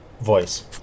voice